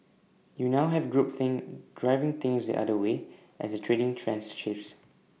you now have group think driving things the other way as A trading trends shifts